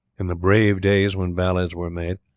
in the brave days when ballads were made,